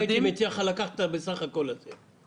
הייתי מציע לך לקחת בחזרה את ה"בסך הכול" הזה.